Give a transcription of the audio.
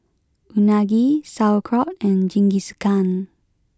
Unagi Sauerkraut and Jingisukan